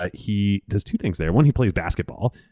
ah he does two things there. one, he plays basketball.